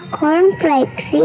cornflakes